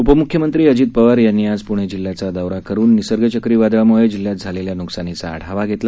उपमूख्यमंत्री अजित पवार यांनी आज पूणे जिल्ह्याचा दौरा करून निसर्ग चक्रीवादळामूळे जिल्ह्यात झालेल्या नुकसानीचा आढावा घेतला